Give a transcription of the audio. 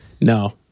No